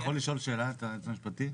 אני יכול לשאול שאלה את היועץ המשפטי?